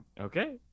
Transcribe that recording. Okay